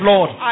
Lord